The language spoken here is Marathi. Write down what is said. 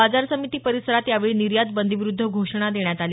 बाजार समिती परिसरात यावेळी निर्यात बंदीविरुद्ध घोषणा देण्यात आल्या